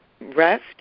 rest